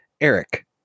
Eric